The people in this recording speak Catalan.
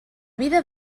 vida